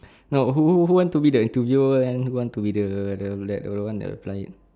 no who who who want to be the interviewer and who want to be the the like the one the client